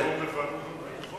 שזה יעבור לוועדת חוץ וביטחון?